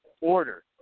Order